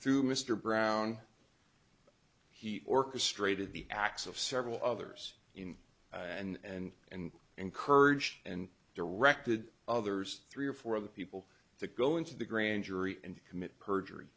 through mr brown he orchestrated the acts of several others in and and encouraged and directed others three or four of the people to go into the grand jury and commit perjury